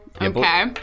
okay